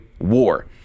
war